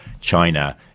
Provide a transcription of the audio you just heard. China